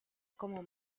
como